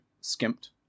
skimped